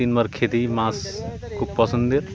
তিনবার খেতেই মাছ খুব পছন্দের